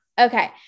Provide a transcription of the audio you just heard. Okay